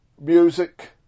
music